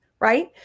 Right